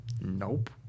Nope